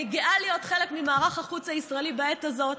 אני גאה להיות חלק ממערך החוץ הישראלי בעת הזאת,